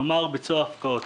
כלומר ביצוע הפקעות.